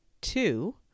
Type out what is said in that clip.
Two